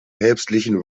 päpstlichen